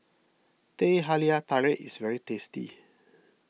Teh Halia Tarik is very tasty